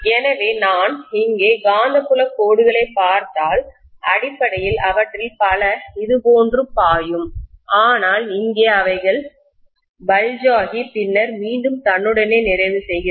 எனவே நான் இங்கே காந்தப்புலக் கோடுகளைப் பார்த்தால் அடிப்படையில் அவற்றில் பல இதுபோன்று பாயும் ஆனால் இங்கே அவைகள் வீங்கிபல்ஜ் ஆகி பின்னர் மீண்டும் தன்னுடனே நிறைவு செய்கிறது